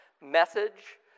message